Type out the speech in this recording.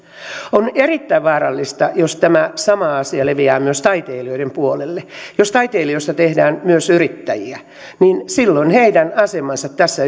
on erittäin vaarallista jos tämä sama asia leviää myös taiteilijoiden puolelle jos taiteilijoista tehdään myös yrittäjiä niin silloin heidän asemansa tässä